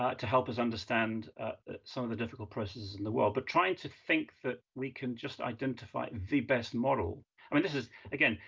ah to help us understand some of the difficult processes in the world. but trying to think that we can just identify the best model, i mean, this is, again,